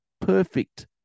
perfect